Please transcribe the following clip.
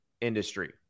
industry